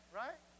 right